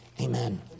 Amen